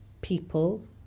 people